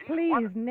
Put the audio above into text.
Please